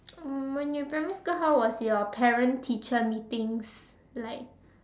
um when you in primary school how was your parent teacher meetings like